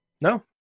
No